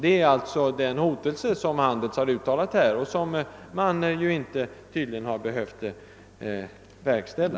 Detta är alltså den hotelsen som Handels har uttalat och som man tydligen inte har behövt verkställa.